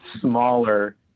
smaller